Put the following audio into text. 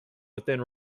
within